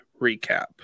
recap